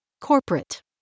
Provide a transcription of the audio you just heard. corporate